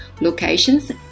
locations